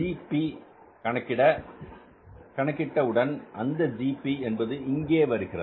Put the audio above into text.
GB கணக்கிட உடன் அந்த ஜிபி என்பது இங்கே வருகிறது